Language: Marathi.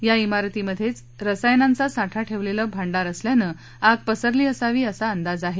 या मारतीतच स्सायनांचा साठा ठेवलेलं भांडार असल्यानं आग पसरली असावी असा अंदाज आहे